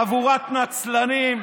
חבורת נצלנים,